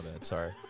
sorry